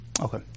Okay